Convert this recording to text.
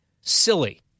silly